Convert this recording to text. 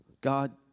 God